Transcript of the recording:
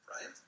Right